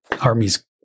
armies